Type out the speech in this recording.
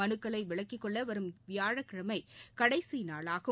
மனுக்களைவிலக்கிக் கொள்ளவரும் வியாழக்கிழமைகடைசிநாளாகும்